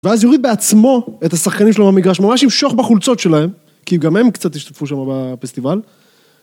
ואז יוריד בעצמו את השחקנים שלו מהמגרש, ממש ימשוך בחולצות שלהם, כי גם הם קצת השתתפו שם בפסטיבל.